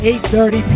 8.30